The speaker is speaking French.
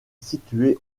situés